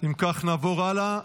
אם כך, נעבור הלאה.